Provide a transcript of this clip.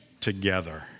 together